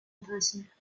internationale